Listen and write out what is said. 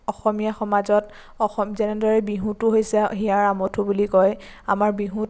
অসমীয়া সমাজত অসম যেনেদৰে বিহুটো হৈছে হিয়াৰ আমঠু বুলি কয় আমাৰ বিহুত